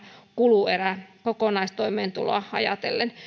kuluerä kokonaistoimeentuloa ajatellen